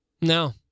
No